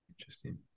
interesting